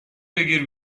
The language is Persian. بگیر